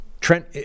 Trent